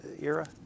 era